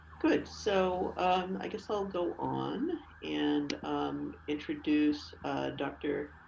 good. so i guess i'll go on and introduce dr.